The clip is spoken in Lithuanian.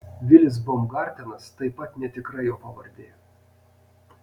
vilis baumgartenas taip pat netikra jo pavardė